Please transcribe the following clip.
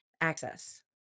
access